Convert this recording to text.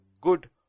good